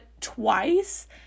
twice